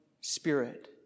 spirit